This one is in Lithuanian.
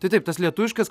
tai taip tas lietuviškas